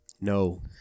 No